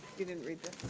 you didn't read this?